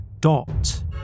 Dot